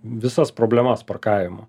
visas problemas parkavimo